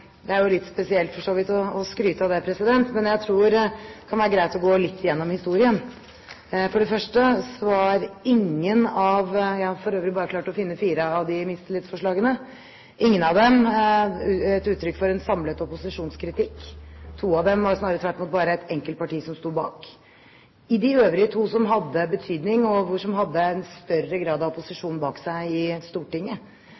det er jo litt spesielt, for så vidt, å skryte av det. Men jeg tror det kan være greit å gå litt igjennom historien. For det første var ingen av dem – jeg har for øvrig bare klart å finne fire av disse mistillitsforslagene – uttrykk for en samlet opposisjons kritikk. To av dem var det snarere tvert imot bare ett enkelt parti som sto bak. Når det gjelder de øvrige to som hadde betydning, og som hadde en større del av